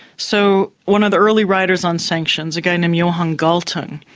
so, one of the early writers on sanctions, a guy named johan galtung,